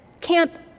Camp